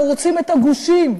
אנחנו רוצים את הגושים.